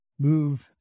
move